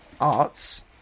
arts